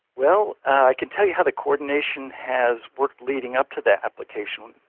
well, i can tell you how the coordination has worked leading up to the application,